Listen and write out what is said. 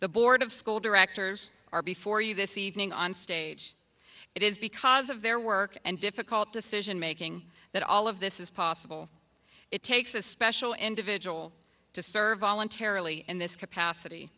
the board of school directors are before you this evening on stage it is because of their work and difficult decision making that all of this is possible it takes a special individual to serve voluntarily in this capacity